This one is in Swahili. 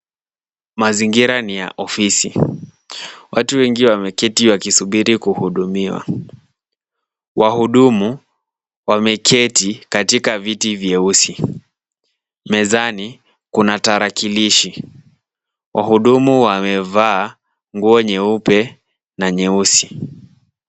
Mazingira ni ya ofisi. Watu wengi wameketi wakisubiri kuhudumiwa. Wahudumu wameketi katika viti vyeusi. Mezani kuna tarakilishi. Wahudumu wamevaa nguo nyeupe na nyeusi.